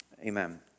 Amen